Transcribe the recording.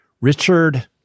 Richard